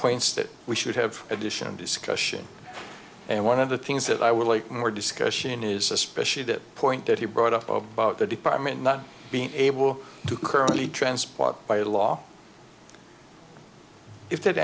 points that we should have addition discussion and one of the things that i would like more discussion is especially the point that he brought up about the department not being able to currently transport by law if th